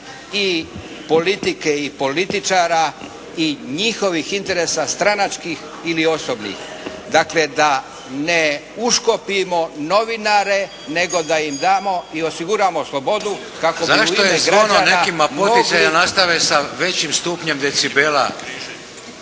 i politike i političara i njihovih interesa stranačkih ili osobnih. Dakle da ne uškopimo novinare nego da im damo i osiguramo slobodu kako bi u ime građana… **Šeks, Vladimir (HDZ)** Zašto je vama nekima poticaj da nastave sa većim stupnjem decibela?